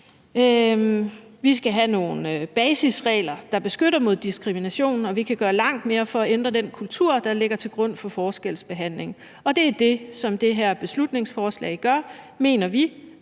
vi kan sikre nogle basisregler, der beskytter mod diskrimination, og vi kan gøre langt mere for at ændre den kultur, der ligger til grund for forskelsbehandlingen. Og det er det, som dette beslutningsforslag gør, mener vi,